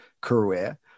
career